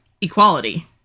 equality